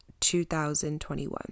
2021